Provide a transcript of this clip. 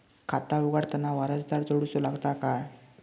खाता उघडताना वारसदार जोडूचो लागता काय?